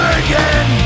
again